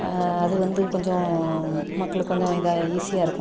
அது வந்து கொஞ்சம் மக்களுக்கு கொஞ்சம் இதாக ஈஸியாக இருக்கும்